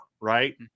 right